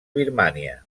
birmània